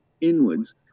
inwards